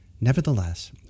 Nevertheless